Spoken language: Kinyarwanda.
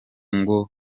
ngo